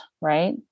right